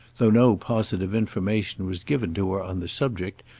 though no positive information was given to her on the subject,